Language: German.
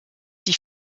die